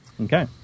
Okay